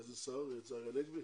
איזה שר, צחי הנגבי?